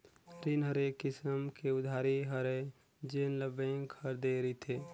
रीन ह एक किसम के उधारी हरय जेन ल बेंक ह दे रिथे